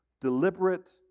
deliberate